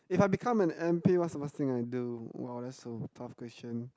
if I become an M_P what's the first thing I do !wah! that's a tough question